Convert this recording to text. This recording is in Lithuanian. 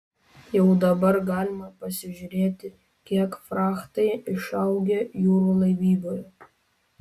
jau dabar galima pasižiūrėti kiek frachtai išaugę jūrų laivyboje